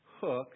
hook